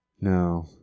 No